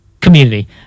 community